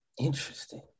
Interesting